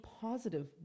positive